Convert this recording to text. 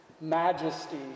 majesty